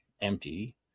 empty